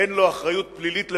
אין לו אחריות פלילית למעשיו,